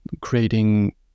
creating